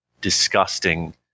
disgusting